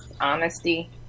honesty